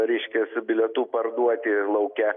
reiškias bilietų parduoti lauke